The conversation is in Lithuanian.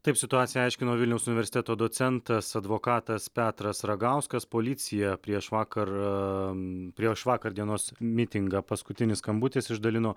taip situaciją aiškino vilniaus universiteto docentas advokatas petras ragauskas policija prieš vakar prieš vakar dienos mitingą paskutinis skambutis išdalino